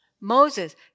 Moses